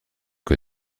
que